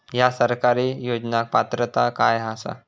हया सरकारी योजनाक पात्रता काय आसा?